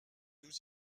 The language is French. nous